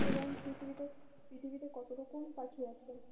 এবং পৃথিবীতে পৃথিবীতে কত রকম পাখি আছে